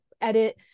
edit